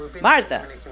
Martha